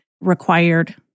required